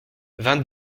vingt